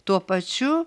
tuo pačiu